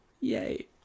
Yay